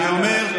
אני אומר,